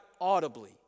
audibly